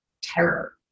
terror